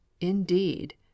Indeed